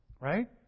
Right